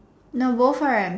no both are empty